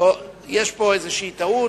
יש פה איזושהי טעות,